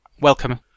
welcome